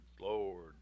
Lord